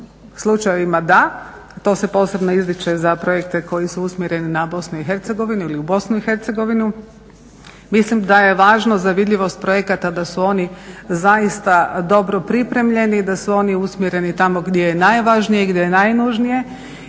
slučajevima da, to se posebno ističe za projekte koji su usmjereni na BiH ili u BiH. Mislim da je važno za vidljivost projekata da su oni zaista dobro pripremljeni, da su oni usmjereni tamo gdje je najvažnije i najnužnije